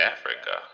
Africa